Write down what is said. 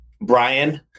Brian